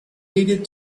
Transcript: needed